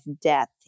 death